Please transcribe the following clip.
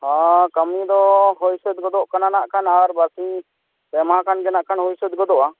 ᱦᱮᱸ ᱠᱟᱹᱢᱤ ᱫᱚ ᱦᱩᱭ ᱥᱟᱹᱛ ᱜᱚᱫᱚᱜ ᱠᱟᱱᱟ ᱱᱟᱜ ᱠᱷᱟᱱ ᱟᱨ ᱵᱟᱨ ᱥᱤᱧ ᱯᱮ ᱢᱟᱦᱟ ᱠᱷᱟᱱ ᱜᱮ ᱱᱟᱜ ᱠᱷᱟᱱ ᱦᱩᱭ ᱥᱟᱹᱛ ᱜᱚᱫᱚᱜᱼᱟ